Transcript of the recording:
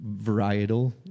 varietal